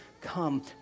come